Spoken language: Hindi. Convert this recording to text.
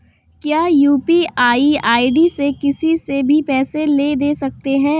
क्या यू.पी.आई आई.डी से किसी से भी पैसे ले दे सकते हैं?